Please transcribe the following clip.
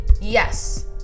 Yes